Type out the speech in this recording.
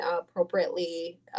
appropriately